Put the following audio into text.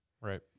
Right